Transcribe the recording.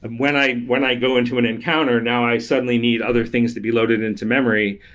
and when i when i go into an encounter, now i suddenly need other things to be loaded into memory,